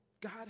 God